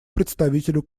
представителю